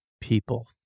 people